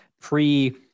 pre-